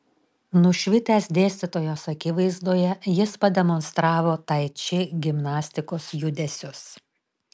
nušvitęs dėstytojos akivaizdoje jis pademonstravo tai či gimnastikos judesius